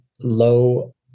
low